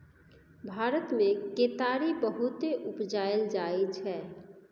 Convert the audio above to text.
भारत मे केतारी बहुते उपजाएल जाइ छै